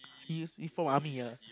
he use he from army ah